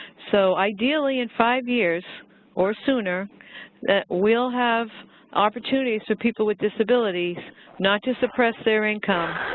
so, ideally in five years or sooner we'll have opportunities so people with disabilities not to suppress their income,